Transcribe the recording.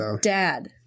dad